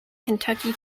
kentucky